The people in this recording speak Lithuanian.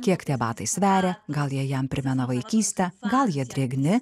kiek tie batai sveria gal jie jam primena vaikystę gal jie drėgni